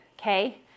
okay